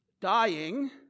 dying